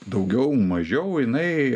daugiau mažiau jinai